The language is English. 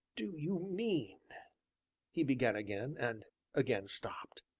do you mean he began again, and again stopped.